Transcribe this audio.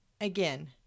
Again